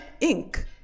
Inc